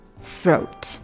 Throat